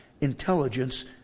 intelligence